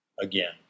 again